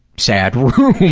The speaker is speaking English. sad room.